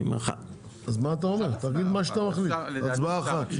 הצבעה בעד 3, נגד 8. הרביזיה נדחתה.